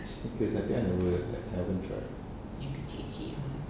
snickers at the end I never I haven't tried